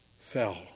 fell